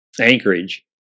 Anchorage